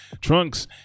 trunks